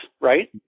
right